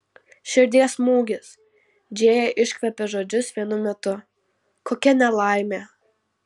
širdies smūgis džėja iškvėpė žodžius vienu metu kokia nelaimė